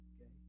Okay